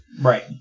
Right